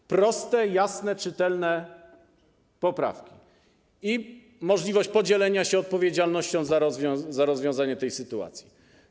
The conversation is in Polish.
To proste, jasne, czytelne poprawki i możliwość podzielenia się odpowiedzialnością za rozwiązanie tej sytuacji.